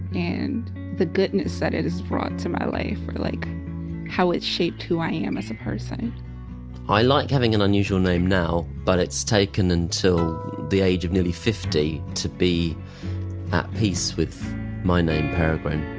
and the goodness that is brought to my life, or like how it's shaped who i am as a person i like having an unusual name now, but it's taken until the age of nearly fifty to be at peace with my name peregrine.